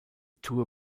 tour